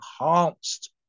enhanced